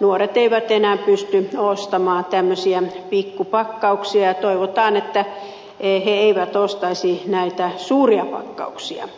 nuoret eivät enää pysty ostamaan tämmöisiä pikkupak kauksia ja toivotaan että he eivät ostaisi näitä suuria pakkauksia